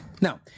Now